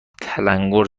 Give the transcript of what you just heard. تلنگور